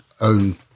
own